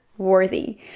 worthy